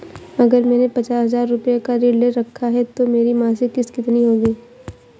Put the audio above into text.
अगर मैंने पचास हज़ार रूपये का ऋण ले रखा है तो मेरी मासिक किश्त कितनी होगी?